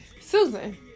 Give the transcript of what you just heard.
Susan